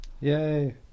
Yay